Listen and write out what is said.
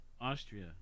Austria